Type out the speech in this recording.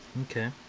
Okay